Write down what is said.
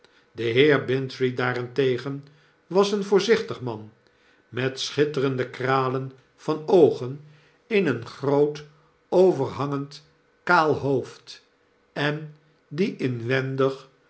de heer bintrey daarentegen was een voorzichtig man met schitterende kralen van oogen in een groot overhangend kaal hoofd en die inwendig